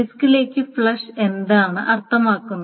ഡിസ്കിലേക്ക് flush എന്താണ് അർത്ഥമാക്കുന്നത്